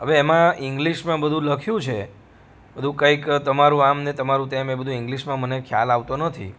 હવે એમા ઇંગ્લિશમાં બધું લખ્યું છે બધું કંઈક તમારું આમ ને તમારું તેમ એ બધું ઇંગ્લિશમાં મને ખ્યાલ આવતો નથી